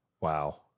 wow